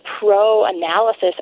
pro-analysis